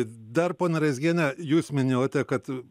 dar ponia razgiene jūs minėjote kad